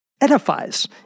edifies